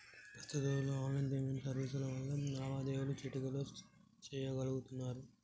ప్రస్తుత రోజుల్లో online payment సర్వీసుల వల్ల లావాదేవీలు చిటికెలో చెయ్యగలుతున్నరు